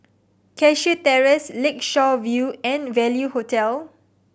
Cashew Terrace Lakeshore View and Value Hotel